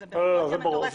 זה ברור.